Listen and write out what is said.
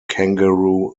kangaroo